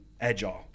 agile